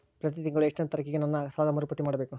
ಪ್ರತಿ ತಿಂಗಳು ಎಷ್ಟನೇ ತಾರೇಕಿಗೆ ನನ್ನ ಸಾಲದ ಮರುಪಾವತಿ ಮಾಡಬೇಕು?